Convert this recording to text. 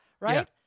right